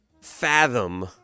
fathom